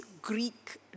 Greek